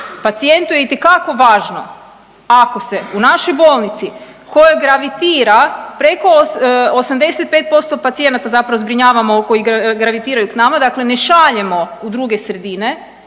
pacijentu je itekako važno ako se u našoj bolnici kojoj gravitira preko 85% pacijenata zapravo zbrinjavamo koji gravitiraju k nama. Dakle, ne šaljemo u druge sredine,